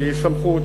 שהיא סמכות,